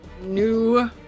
New